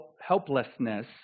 helplessness